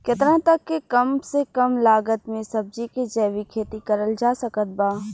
केतना तक के कम से कम लागत मे सब्जी के जैविक खेती करल जा सकत बा?